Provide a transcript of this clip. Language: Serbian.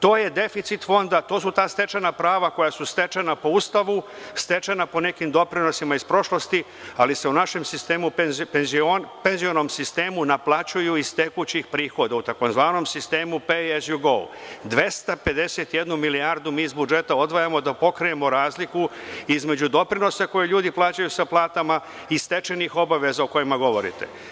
To je deficit fonda, to su ta stečena prava koja su stečena po Ustavu, stečena po nekim doprinosima iz prošlosti, ali se u našem penzionom sistemu naplaćuju iz tekućih prihoda, u tzv. sistemu pay as you go, 251 milijardu mi iz budžeta odvajamo da pokrijemo razliku između doprinosa koje ljudi plaćaju sa platama i stečenih obaveza o kojima govorite.